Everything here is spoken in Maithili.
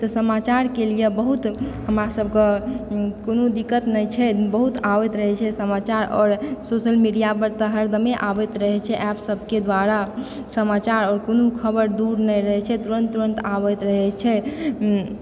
तऽ समाचार के लिए बहुत हमरा सबके कोनो दिक्कत नहि छै बहुत आबैत रहै छै समाचार आओर सोशल मीडिया पर तऽ हरदमे आबैत रहै छै एप सबके द्वारा समाचार आओर कोनो खबर दूर नहि रहय छै तुरंत तुरंत आबैत रहै छै